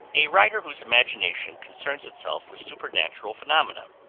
a writer whose imagination concerns itself with supernatural phenomena,